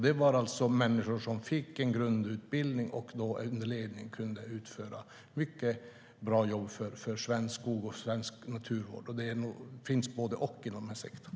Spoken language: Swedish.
Det var alltså människor som fick en grundutbildning och som under ledning kunde utföra ett mycket bra jobb för svensk skog och naturvård. Det finns både och i den här sektorn.